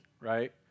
right